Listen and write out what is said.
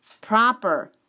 proper